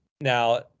now